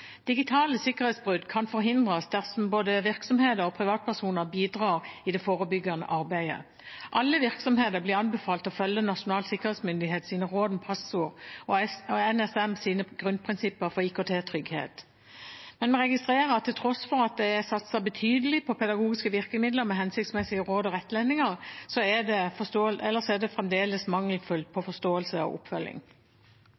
Digitale sikkerhetsbrudd kan forhindres dersom både virksomheter og privatpersoner bidrar i det forebyggende arbeidet. Alle virksomheter blir anbefalt å følge Nasjonal sikkerhetsmyndighets råd om passord og NSMs grunnprinsipper for IKT-trygghet. Men vi registrerer at til tross for at det er satset betydelig på pedagogiske virkemidler med hensiktsmessige råd og rettledninger, er det